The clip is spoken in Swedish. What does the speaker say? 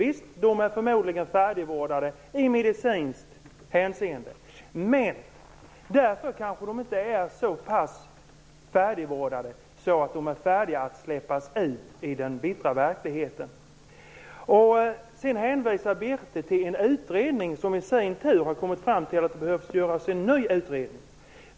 Visst kan de vara färdigvårdade i medicinskt hänseende, men de kanske inte är så pass färdigvårdade att de är färdiga att släppas ut i den bittra verkligheten. Sedan hänvisar Birthe Sörestedt till en utredning, som i sin tur har kommit fram till att det behöver göras en ny utredning.